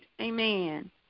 Amen